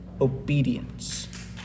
obedience